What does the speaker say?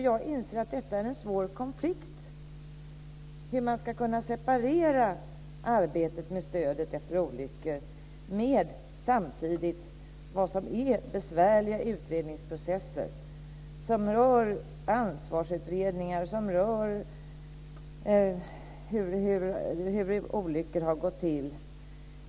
Jag inser att det är en svår konflikt, hur man ska kunna separera arbetet med stödet efter olyckor från besvärliga utredningsprocesser som rör ansvarsutredningar och hur olyckor har gått till.